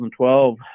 2012